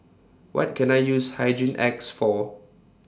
What Can I use Hygin X For